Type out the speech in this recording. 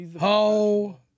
Ho